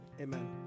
amen